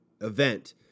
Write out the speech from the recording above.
event